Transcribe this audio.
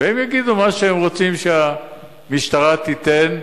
והם יגידו מה שהם רוצים שהמשטרה תיתן.